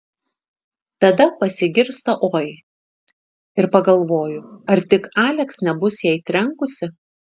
tada pasigirsta oi ir pagalvoju ar tik aleks nebus jai trenkusi